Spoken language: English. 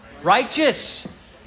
righteous